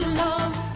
love